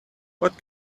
what